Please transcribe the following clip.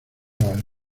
alegres